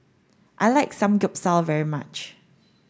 I like Samgeyopsal very much